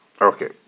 Okay